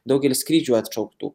daugelis skrydžių atšauktų